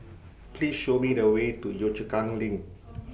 Please Show Me The Way to Yio Chu Kang LINK